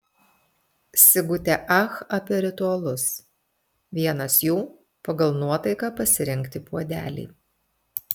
sigutė ach apie ritualus vienas jų pagal nuotaiką pasirinkti puodelį